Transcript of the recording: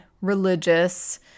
religious